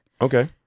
Okay